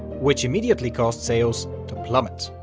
which immediately caused sales to plummet.